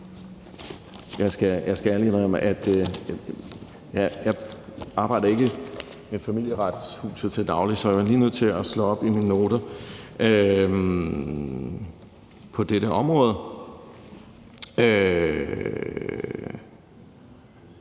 Jeg skal ærligt indrømme, at jeg ikke arbejder med Familieretshuset til daglig, så jeg er lige nødt til at slå op i mine noter på dette område.